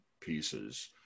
pieces